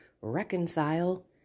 reconcile